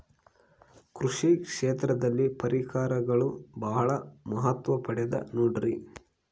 ಕೃಷಿ ಕ್ಷೇತ್ರದಲ್ಲಿ ಪರಿಕರಗಳು ಬಹಳ ಮಹತ್ವ ಪಡೆದ ನೋಡ್ರಿ?